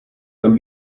tam